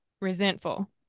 resentful